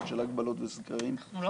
של הגבלות וסגרים --- זה עניין של החלטה.